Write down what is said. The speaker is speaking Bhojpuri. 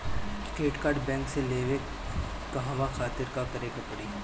क्रेडिट कार्ड बैंक से लेवे कहवा खातिर का करे के पड़ी?